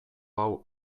hau